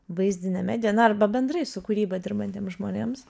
vaizdine medija na arba bendrai su kūryba dirbantiem žmonėms